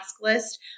list